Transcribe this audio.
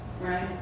right